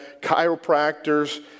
chiropractors